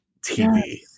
TV